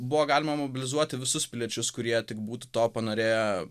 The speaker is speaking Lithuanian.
buvo galima mobilizuoti visus piliečius kurie tik būtų to panorėję